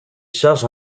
charges